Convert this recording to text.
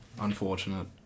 Unfortunate